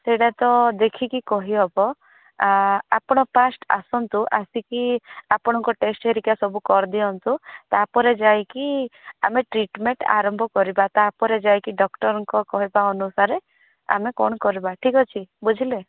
ସେଇଟା ତ ଦେଖିକି କହିହେବ ଆପଣ ଫାଷ୍ଟ୍ ଆସନ୍ତୁ ଆସିକି ଆପଣଙ୍କ ଟେଷ୍ଟ୍ ଧରିକା ସବୁ କରିଦିଅନ୍ତୁ ତାପରେ ଯାଇକି ଆମେ ଟ୍ରିଟମେଣ୍ଟ୍ ଆରମ୍ଭ କରିବା ତାପରେ ଯାଇକି ଡକ୍ଟର୍ଙ୍କ କହିବା ଅନୁସାରେ ଆମେ କ'ଣ କରିବା ଠିକ୍ ଅଛି ବୁଝିଲେ